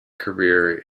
career